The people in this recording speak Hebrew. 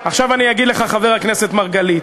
חבר הכנסת אקוניס,